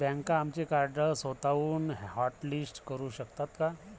बँका आमचे कार्ड स्वतःहून हॉटलिस्ट करू शकतात का?